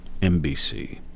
NBC